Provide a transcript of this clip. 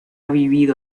vivido